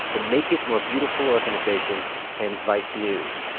the make it more beautiful organization and vice news.